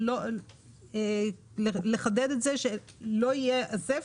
צריך לחדד את זה שלא ייאסף,